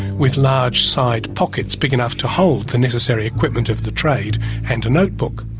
with large side pockets big enough to hold the necessary equipment of the trade and a notebook.